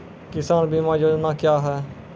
किसान बीमा योजना क्या हैं?